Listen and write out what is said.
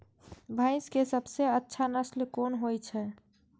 भैंस के सबसे अच्छा नस्ल कोन होय छे?